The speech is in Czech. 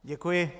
Děkuji.